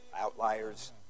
Outliers